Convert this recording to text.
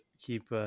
Keep